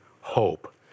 hope